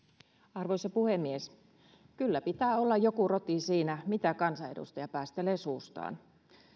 arvoisa puhemies kyllä pitää olla joku roti siinä mitä kansanedustaja päästelee suustaan